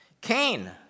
Cain